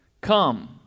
Come